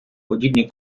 подібні